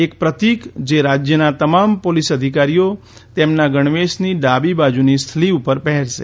એક પ્રતિક જે રાજયના તમામ પોલીસ અધિકારીઓ તેમના ગણવેશની ડાબી બાજુની સ્લીવ ઉપર પહેરશે